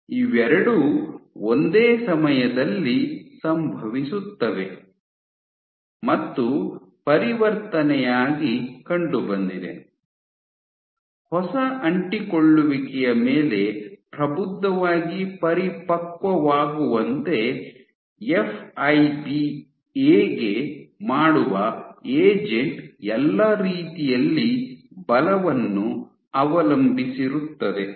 ಇವೆರಡೂ ಒಂದೇ ಸಮಯದಲ್ಲಿ ಸಂಭವಿಸುತ್ತವೆ ಮತ್ತು ಪರಿವರ್ತನೆಯಾಗಿ ಕಂಡುಬಂದಿದೆ ಹೊಸ ಅಂಟಿಕೊಳ್ಳುವಿಕೆಯ ಮೇಲೆ ಪ್ರಬುದ್ಧವಾಗಿ ಪರಿಪಕ್ವವಾಗುವಂತೆ ಫೈಬ್ ಎ ಗೆ ಮಾಡುವ ಏಜೆಂಟ್ ಎಲ್ಲಾ ರೀತಿಯಲ್ಲಿ ಬಲವನ್ನು ಅವಲಂಬಿಸಿರುತ್ತದೆ